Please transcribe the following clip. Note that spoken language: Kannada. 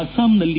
ಅಸ್ಸಾಂನಲ್ಲಿ